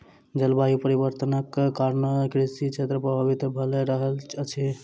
जलवायु परिवर्तनक कारणेँ कृषि क्षेत्र प्रभावित भअ रहल अछि